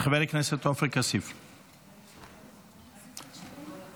להחליף דיסקט ולהציב במרכז תוכנית חדשה את השליטה.